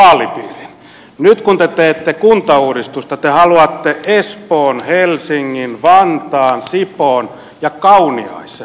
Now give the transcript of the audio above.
nyt kun te teette kuntauudistusta te haluatte espoon helsingin vantaan sipoon ja kauniaisen yhteen